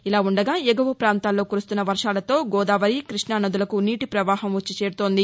ఇలా ఉండగా ఎగువ పాంతాల్లో కురుస్తున్న వర్షాలతో గోదావరి కృష్ణ నదులకు నీటి పవాహం వచ్చిచేరుతోంది